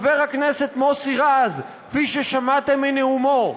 חבר הכנסת מוסי רז, כפי ששמעתם מנאומו,